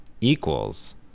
equals